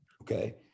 Okay